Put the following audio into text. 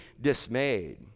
dismayed